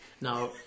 Now